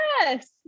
Yes